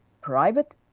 private